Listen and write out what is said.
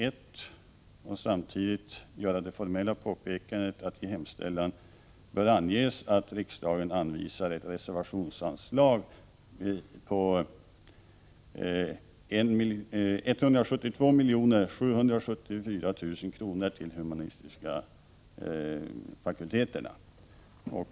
Jag vill samtidigt göra det formella påpekandet att man vid hemställan bör ange att riksdagen anvisar ett reservationsanslag på 172 774 000 kr. till de humanistiska fakulteterna.